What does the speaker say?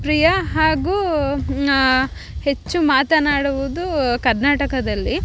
ಪ್ರಿಯ ಹಾಗು ಹೆಚ್ಚು ಮಾತನಾಡುವುದು ಕರ್ನಾಟಕದಲ್ಲಿ